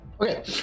Okay